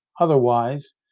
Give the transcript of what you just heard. otherwise